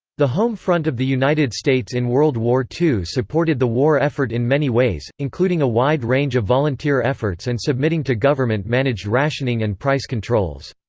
the home front of the united states in world war ii supported the war effort in many ways, including a wide range of volunteer efforts and submitting to government-managed rationing and price controls.